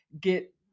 get